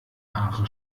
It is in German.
haare